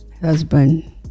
husband